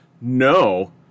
No